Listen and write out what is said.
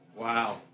Wow